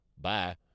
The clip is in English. Bye